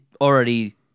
already